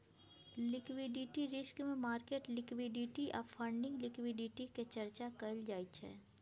liquidity risk मे market liquidity आ funding liquidity के चर्चा कएल जाइ छै